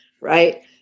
right